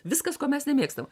viskas ko mes nemėgstam